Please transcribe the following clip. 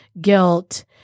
guilt